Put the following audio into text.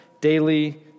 daily